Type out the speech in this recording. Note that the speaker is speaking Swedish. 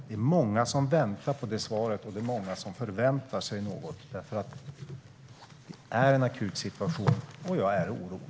Det är många som väntar på svar. Det är många som förväntar sig något, för det är en akut situation. Jag är orolig.